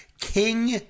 King